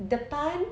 depan